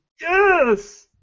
Yes